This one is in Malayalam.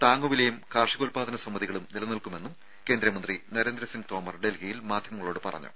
താങ്ങുവിലയും കാർഷികോൽപ്പാദന സമിതികളും നിലനിൽക്കുമെന്നും കേന്ദ്രമന്ത്രി നരേന്ദ്രസിങ്ങ് തോമർ ഡൽഹിയിൽ മാധ്യമങ്ങളോട് പറഞ്ഞു